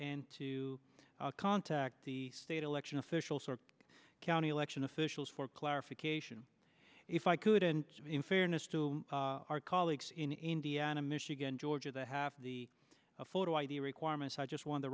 and to contact the state election officials or county election officials for clarification if i could and in fairness to our colleagues in indiana michigan georgia that have the photo id requirements i just want the